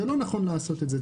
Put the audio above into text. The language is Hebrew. זה לא נכון לעשות את זה.